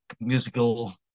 musical